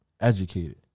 educated